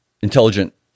intelligent